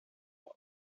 oath